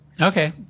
Okay